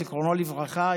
זיכרונו לברכה,